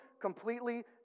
completely